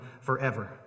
forever